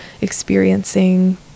experiencing